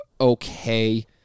okay